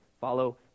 Follow